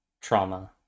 trauma